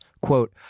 Quote